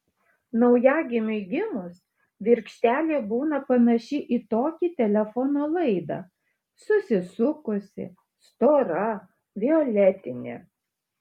naujagimiui gimus virkštelė būna panaši į tokį telefono laidą susisukusi stora violetinė